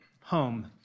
home